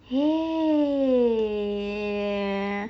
eh